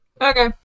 Okay